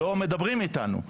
לא מדברים איתנו,